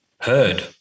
heard